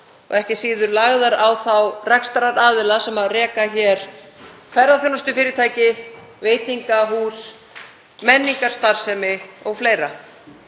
og ekki síður á þá rekstraraðila sem reka ferðaþjónustufyrirtæki, veitingahús, menningarstarfsemi o.fl.